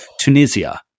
Tunisia